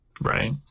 right